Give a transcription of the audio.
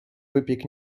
wypiek